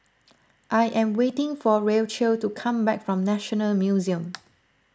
I am waiting for Rachelle to come back from National Museum